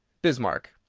bismarck.